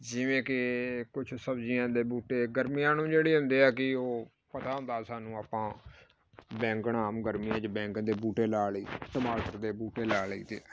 ਜਿਵੇਂ ਕਿ ਕੁਛ ਸਬਜ਼ੀਆਂ ਦੇ ਬੂਟੇ ਗਰਮੀਆਂ ਨੂੰ ਜਿਹੜੇ ਹੁੰਦੇ ਆ ਕਿ ਉਹ ਪਤਾ ਹੁੰਦਾ ਸਾਨੂੰ ਆਪਾਂ ਬੈਂਗਣਾ ਆਮ ਗਰਮੀਆਂ 'ਚ ਬੈਂਗਣ ਦੇ ਬੂਟੇ ਲਾ ਲਏ ਟਮਾਟਰ ਦੇ ਬੂਟੇ ਲਾ ਲਈ ਦੇ ਆ